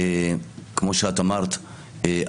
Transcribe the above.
כמו שאמרת,